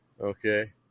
Okay